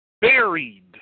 buried